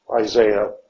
Isaiah